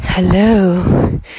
Hello